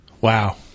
Wow